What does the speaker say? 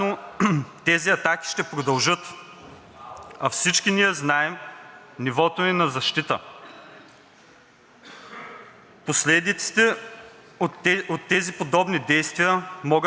Последиците от тези подобни действия могат да бъдат фатални за България – за българските предприятия, за енергийния сектор, за държавните дружества.